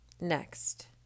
Next